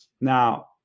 Now